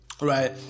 right